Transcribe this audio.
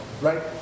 right